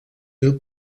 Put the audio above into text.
mil